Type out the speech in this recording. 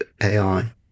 AI